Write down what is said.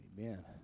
amen